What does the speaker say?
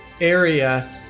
area